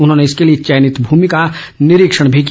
उन्होंने इसके लिए चयनित भूमि का निरीक्षण भी किया